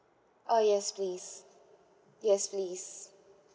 oh yes please yes please